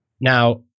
Now